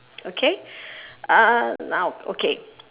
okay uh now okay